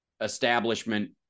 establishment